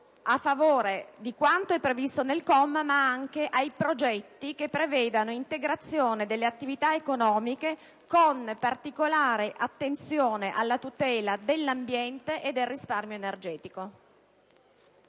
a favore di quanto è previsto nel comma ma anche dei progetti che prevedono integrazione delle attività economiche con particolare attenzione alla tutela dell'ambiente e del risparmio energetico.